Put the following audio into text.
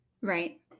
Right